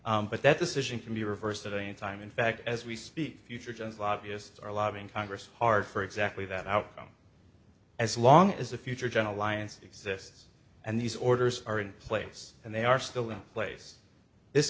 but that decision can be reversed at any time in fact as we speak future events lobbyists are lobbying congress hard for exactly that outcome as long as a future general lyon's exists and these orders are in place and they are still in place this